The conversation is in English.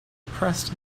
pressed